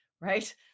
right